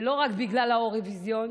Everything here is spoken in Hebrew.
ולא רק בגלל האירוויזיון,